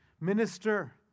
Minister